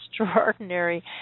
extraordinary